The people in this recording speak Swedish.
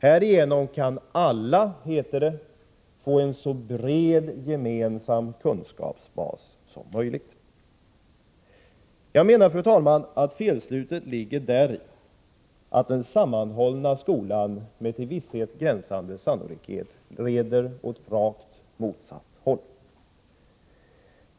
Härigenom kan alla, heter det, få en så bred gemensam kunskapsbas som möjligt. Jag menar, fru talman, att felslutet ligger däri att den sammanhållna skolan med till visshet gränsande sannolikhet leder åt rakt motsatt håll.